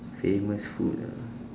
famous food ah